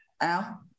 Al